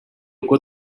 uko